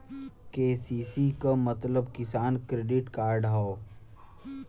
KCC क मतलब किसान क्रेडिट कार्ड हौ